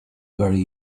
very